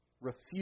refuse